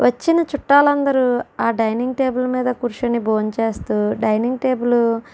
వచ్చిన చుట్టాలు అందరు ఆ డైనింగ్ టేబుల్ మీద కూర్చోని భోంచేస్తూ డైనింగ్ టేబుల్